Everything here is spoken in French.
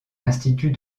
institut